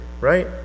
right